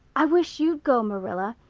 i wish you'd go, marilla.